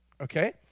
okay